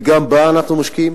וגם בה אנחנו משקיעים.